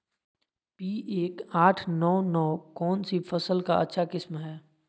P एक आठ नौ नौ कौन सी फसल का अच्छा किस्म हैं?